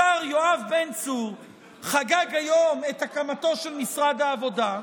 השר יואב בן צור חגג היום את הקמתו של משרד העבודה,